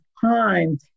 time